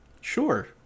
sure